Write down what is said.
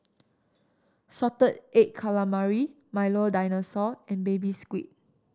salted egg calamari Milo Dinosaur and Baby Squid